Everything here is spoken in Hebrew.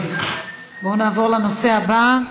בואו נעבור לנושא הבא,